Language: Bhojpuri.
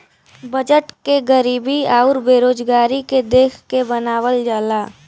बजट के गरीबी आउर बेरोजगारी के देख के बनावल जाला